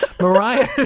Mariah